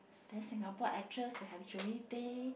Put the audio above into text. then Singapore actress we have Zoey-Tay